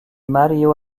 mario